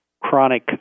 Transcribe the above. chronic